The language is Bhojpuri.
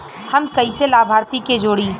हम कइसे लाभार्थी के जोड़ी?